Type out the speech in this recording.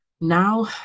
now